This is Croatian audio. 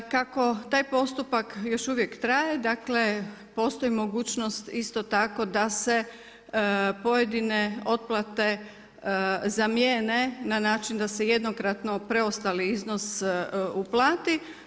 Kako taj postupak još uvijek traje, dakle postoji mogućnost isto tako da se pojedine otplate zamijene na način da se jednokratno preostali iznos uplati.